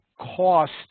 cost